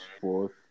fourth